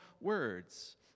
words